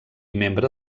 membre